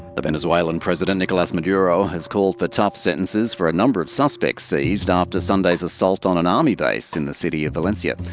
the venezuelan president nicolas maduro has called for tough sentences for a number of suspects seized after sunday's assault on an army base in the city of valencia.